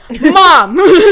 mom